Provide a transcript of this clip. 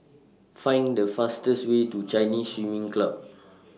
Find The fastest Way to Chinese Swimming Club